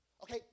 Okay